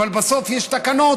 אבל בסוף יש תקנות.